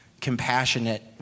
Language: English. compassionate